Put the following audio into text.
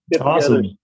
Awesome